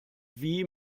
wie